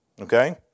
Okay